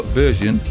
version